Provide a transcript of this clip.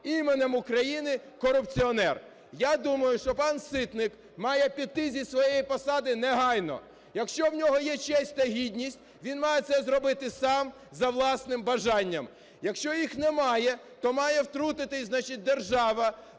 іменем України корупціонер. Я думаю, що пан Ситник має піти зі своєї посади негайно. Якщо в нього є честь та гідність, він має це зробити сам за власним бажанням. Якщо їх немає, то має втрутитись, значить, держава: